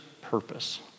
purpose